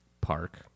park